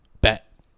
bet